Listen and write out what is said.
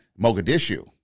Mogadishu